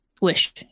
wish